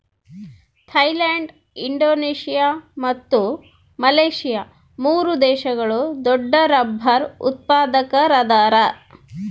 Thailand Indonesia ಮತ್ತು Malaysia ಮೂರು ದೇಶಗಳು ದೊಡ್ಡರಬ್ಬರ್ ಉತ್ಪಾದಕರದಾರ